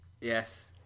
Yes